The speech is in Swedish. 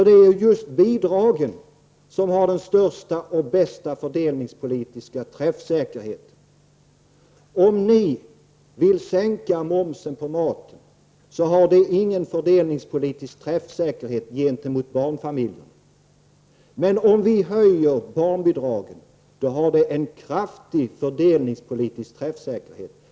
Det är ju just bidragen som har den största och bästa fördelningspolitiska träffsäkerheten. Att sänka momsen på maten, som centern föreslår, har ingen fördelningspolitisk träffsäkerhet gentemot barnfamiljerna. Att höja barnbidragen har däremot en kraftig fördelningspolitisk träffsäkerhet.